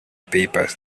papers